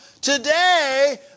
today